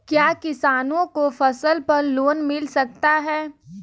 क्या किसानों को फसल पर लोन मिल सकता है?